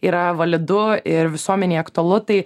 yra validu ir visuomenei aktualu tai